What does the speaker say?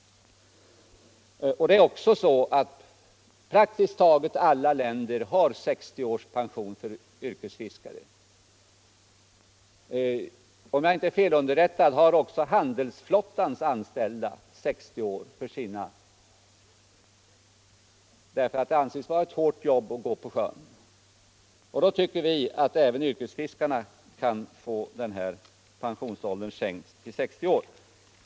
Det är också så att i praktiskt taget alla andra länder får yrkesfiskare pension vid 60 år. Om jag inte är felunderrättad har också handelsflottans anställda pensionsåldersgränsen satt vid 60 år, därför att det anses vara ett hårt jobb att gå på sjön. Därför anser vi att även yrkesfiskarna bör få pensionsåldern sänkt till 60 år.